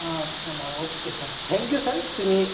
आं चला okay sir thank you sir तुम्ही